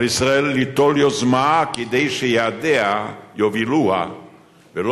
על ישראל ליטול יוזמה כדי שיעדיה יובילוה ולא